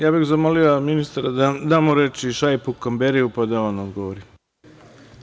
Ja bih zamolio ministra da damo reč i Šaipu Kamberiju, pa da on odgovori.